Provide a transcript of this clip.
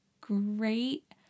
great